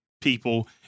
people